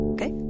Okay